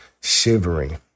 shivering